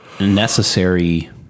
necessary